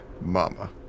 Mama